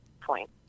point